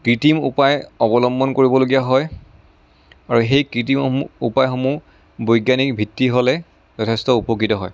কৃত্ৰিম উপায় অৱলম্বন কৰিবলগীয়া হয় আৰু সেই কৃত্ৰিমসমূহ উপায়সমূহ বৈজ্ঞানিক ভিত্তি হ'লে যথেষ্ট উপকৃত হয়